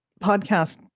podcast